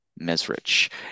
Mesrich